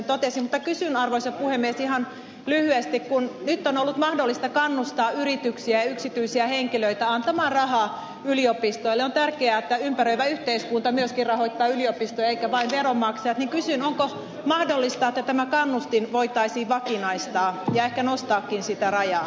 mutta kysyn arvoisa puhemies ihan lyhyesti kun nyt on ollut mahdollista kannustaa yrityksiä ja yksityisiä henkilöitä antamaan rahaa yliopistoille on tärkeää että ympäröivä yhteiskunta myöskin rahoittaa yliopistoja eivätkä vain veronmaksajat niin kysyn onko mahdollista että tämä kannustin voitaisiin vakinaistaa ja ehkä nostaakin sitä rajaa